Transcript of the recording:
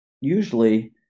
usually